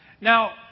Now